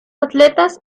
atletas